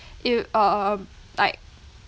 if uh uh um like